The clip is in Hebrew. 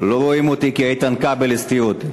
לא רואים אותי כי איתן כבל הסתיר אותי.